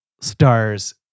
stars